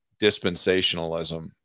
dispensationalism